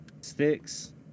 sticks